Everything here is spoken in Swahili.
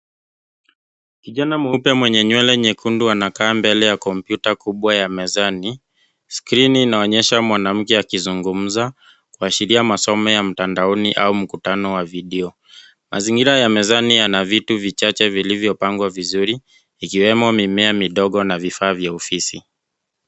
Kijana meupe mwenye nywele nyekundu anakaa mbele ya kompyuta kubwa ya mezani, skrini ina onyesha mwanamke aki zungumza kuashiria masomo ya mtandaoni au mkutano wa video. Mazingira ya mezani yana vitu vichache vilivyo pangwa vizuri ikiwemo mimea midogo na vifaa vya ofisi.